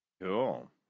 Cool